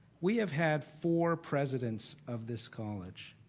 we have had four presidents of this college.